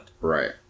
right